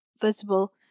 visible